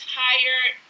tired